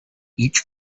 each